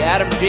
Adam